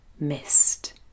missed